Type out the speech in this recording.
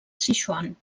sichuan